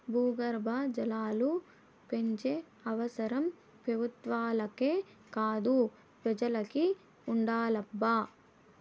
భూగర్భ జలాలు పెంచే అవసరం పెబుత్వాలకే కాదు పెజలకి ఉండాలబ్బా